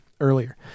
earlier